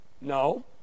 No